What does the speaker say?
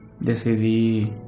decidí